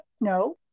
No